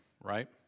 right